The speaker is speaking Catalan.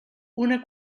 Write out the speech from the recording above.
una